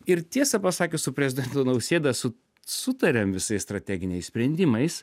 ir tiesą pasakius su prezidentu nausėda su sutariam visais strateginiais sprendimais